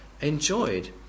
enjoyed